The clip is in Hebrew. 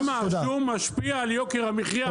כמה השום משפיע על יוקר המחיה?